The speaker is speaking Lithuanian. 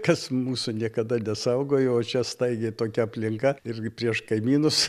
kas mūsų niekada nesaugojo o čia staigiai tokia aplinka irgi prieš kaimynus